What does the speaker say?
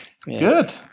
Good